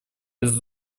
этот